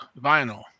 vinyl